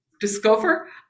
discover